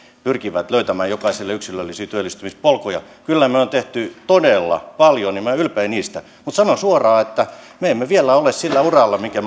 pyrkivät löytämään jokaiselle yksilöllisiä työllistymispolkuja kyllä me olemme tehneet todella paljon ja minä olen ylpeä siitä mutta sanon suoraan että me emme vielä ole sillä uralla minkä